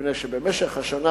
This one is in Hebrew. מפני שבמשך השנה,